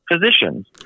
physicians